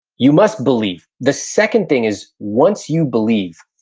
you must believe. the second thing is, once you believe,